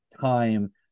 time